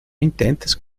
intentes